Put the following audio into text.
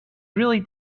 really